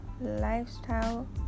lifestyle